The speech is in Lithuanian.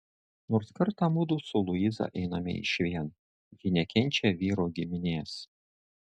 nors kartą mudu su luiza einame išvien ji nekenčia vyro giminės